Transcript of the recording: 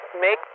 make